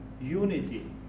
unity